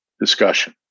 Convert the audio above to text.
discussion